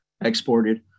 exported